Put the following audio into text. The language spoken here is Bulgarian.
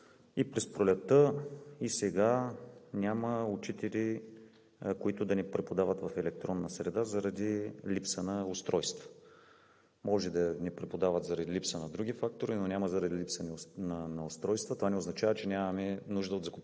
и през пролетта, и сега няма учители, които да не преподават в електронна среда заради липса на устройства. Може да не преподават заради липса на други фактори, но няма заради липса на устройства. Това не означава, че нямаме нужда от закупуването